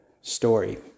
Story